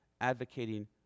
advocating